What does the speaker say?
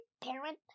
parent